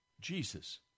Jesus